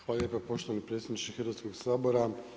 Hvala lijepa poštovani predsjedniče Hrvatskog sabora.